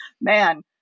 man